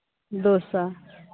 दो सौ